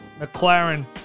McLaren